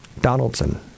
Donaldson